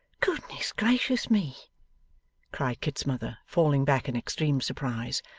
goodness gracious me cried kit's mother, falling back in extreme surprise,